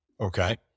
Okay